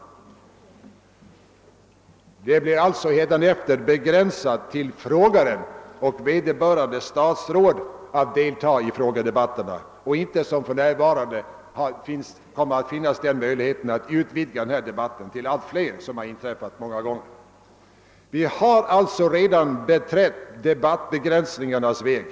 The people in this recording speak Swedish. Deltagandet i sådana debatter blir alltså hädanefter begränsat till frågaren och vederbörande statsråd, och den möjlighet som för närvarande finns — och som flera gånger har begagnats — att utvidga debatten till allt fler kommer att slopas. Vi har alltså redan beträtt debattbegränsningarnas väg.